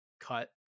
cut